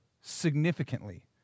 significantly